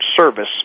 service